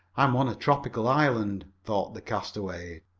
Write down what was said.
i'm on a tropical island, thought the castaway.